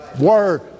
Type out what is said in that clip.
Word